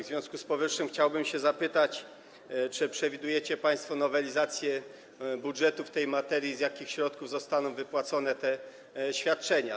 W związku z powyższym chciałbym się zapytać, czy przewidujecie państwo nowelizację budżetu w tej materii i z jakich środków zostaną wypłacone te świadczenia.